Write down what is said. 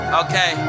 okay